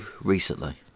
recently